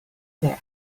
their